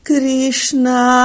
Krishna